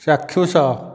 ଚାକ୍ଷୁଷ